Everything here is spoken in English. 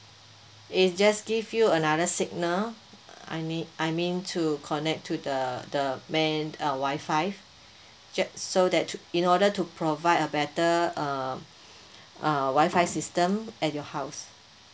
it's just give you another signal I need I mean to connect to the the main uh wifi just so that in order to provide a better uh uh wifi system at your house